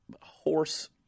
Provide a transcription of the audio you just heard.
horse